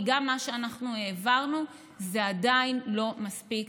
כי גם מה שאנחנו העברנו עדיין לא מספיק.